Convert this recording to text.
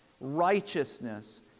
Righteousness